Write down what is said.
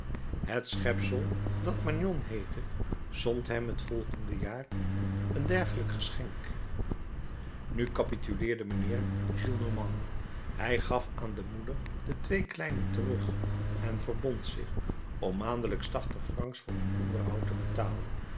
het schepsel dat magnon heette zond hem het volgende jaar een dergelijk geschenk nu kapituleerde mijnheer gillenormand hij gaf aan de moeder de twee kleinen terug en verbond zich om maandelijks tachtig francs voor hun onderhoud te betalen